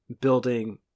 building